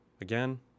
Again